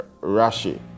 Rashi